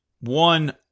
one